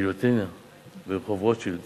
כי הגיליוטינה ברחוב רוטשילד